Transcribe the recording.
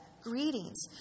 greetings